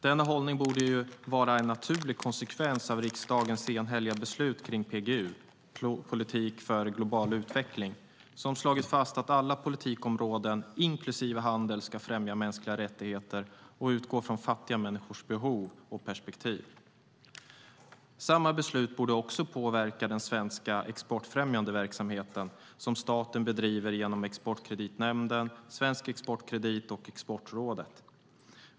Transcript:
Denna hållning borde vara en naturlig konsekvens av riksdagens enhälliga beslut kring PGU, alltså politik för global utveckling, som slagit fast att alla politikområden, inklusive handel, ska främja mänskliga rättigheter och utgå från fattiga människors behov och perspektiv. Samma beslut borde också påverka den svenska exportfrämjande verksamheten som staten bedriver genom Exportkreditnämnden, Svensk Exportkredit och Exportrådet.